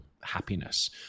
happiness